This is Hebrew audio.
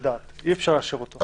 אי-אפשר לאשר אותו.